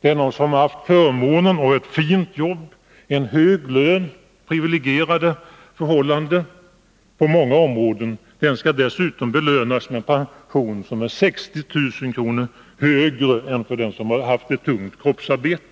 medan den som haft förmånen av ett fint jobb, en hög lön och privilegierade förhållanden på många områden, den skall dessutom belönas med en pension som är 60 000 kr. högre än för den som haft ett tungt kroppsarbete.